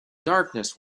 darkness